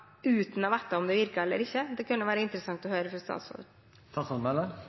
uten å vite om de virker eller ikke? Det kunne være interessant å høre fra